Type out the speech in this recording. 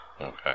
Okay